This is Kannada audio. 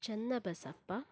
ಚೆನ್ನಬಸಪ್ಪ